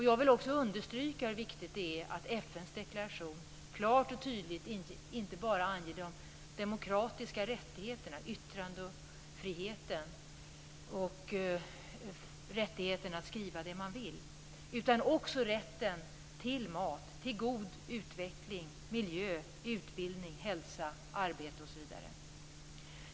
Jag vill också understryka hur viktigt det är att FN:s deklaration klart och tydligt inte bara anger de demokratiska rättigheterna, yttrandefriheten, rättigheten att skriva det man vill utan också rätten till mat, till god utveckling, miljö, utbildning, hälsa, arbete osv.